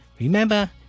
Remember